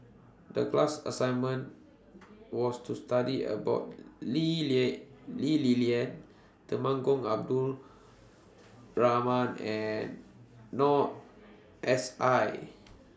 The class assignment was to study about Lee Li Lian Temenggong Abdul Rahman and Noor S I